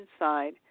inside